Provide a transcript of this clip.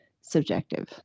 subjective